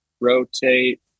rotate